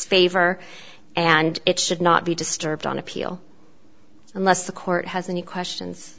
favor and it should not be disturbed on appeal unless the court has any questions